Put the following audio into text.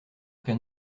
qu’un